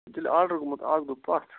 تیٚلہِ آرڈر گوٚمُت اکھ دۄہ پتھ